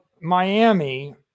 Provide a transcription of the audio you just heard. Miami